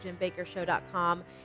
jimbakershow.com